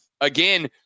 again